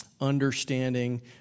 understanding